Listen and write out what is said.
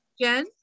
Jen